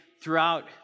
throughout